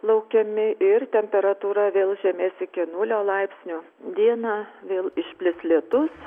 laukiami ir temperatūra vėl žemės iki nulio laipsnių dieną vėl išplis lietus